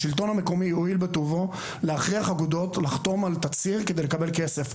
השלטון המקומי הואיל בטובו להכריח אגודות לחתום על תצהיר כדי לקבל כסף.